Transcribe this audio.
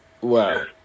wow